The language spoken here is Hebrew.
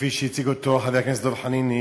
כפי שהציג אותה חבר הכנסת דב חנין,